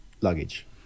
luggage